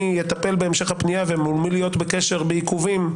יטפל בהמשך הפנייה ומול מי להיות בקשר בעיכובים,